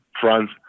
France